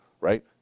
right